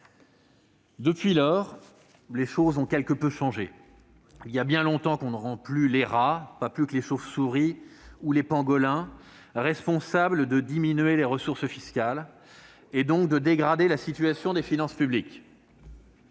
Depuis lors, les choses ont quelque peu changé. Quoique ... Il y a bien longtemps que l'on ne rend plus les rats, pas plus que les chauves-souris ou les pangolins, responsables de la diminution des ressources fiscales, et donc de la dégradation des finances publiques.